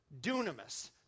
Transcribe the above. dunamis